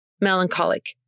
Melancholic